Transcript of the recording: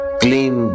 clean